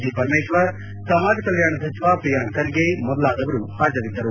G Parameshwar ಸಮಾಜಕಲ್ಯಾಣ ಸಚಿವ ಪ್ರಿಯಾಂಕ್ ಖರ್ಗೆ ಮೊದಲಾದವರು ಹಾಜರಿದ್ದರು